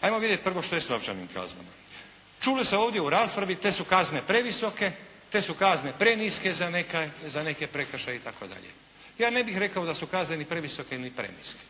Ajmo vidjeti prvo što je s novčanim kaznama. Čulo se ovdje u raspravi te su kazne previsoke, te su kazne preniske za neke prekršaje itd. Ja ne bih rekao da su kazne ni previsoke ni preniske.